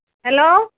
hello